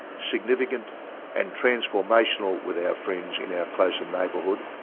significant and transformational with our friends in our closer neighbourhood,